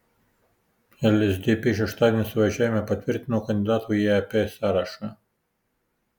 lsdp šeštadienį suvažiavime patvirtino kandidatų į ep sąrašą